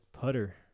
putter